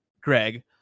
Greg